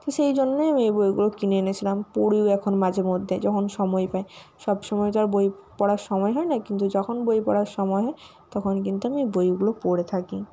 তো সেই জন্যেই আমি এই বইগুলো কিনে এনেছিলাম পড়িও এখন মাঝেমধ্যে যখন সময় পাই সবসময় তো আর বই পড়ার সময় হয় না কিন্তু যখন বই পড়ার সময় হয় তখন কিন্তু আমি বইগুলো পড়ে থাকি